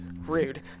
Rude